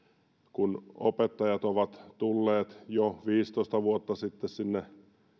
kun opettajat ovat tulleet jo viisitoista vuotta sitten sinne